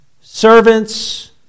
servants